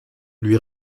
lui